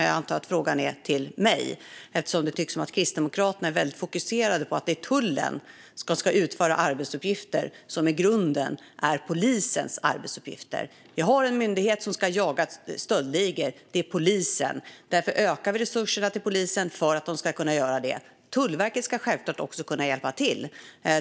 Jag antar att frågan är ställd till mig eftersom det tycks som att Kristdemokraterna är väldigt fokuserade på att tullen ska utföra arbetsuppgifter som i grunden är polisens arbetsuppgifter. Vi har en myndighet som ska jaga stöldligor, och det är polisen. Därför ökar vi resurserna till polisen så att de kan göra det. Tullverket ska självklart också kunna hjälpa till.